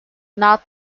not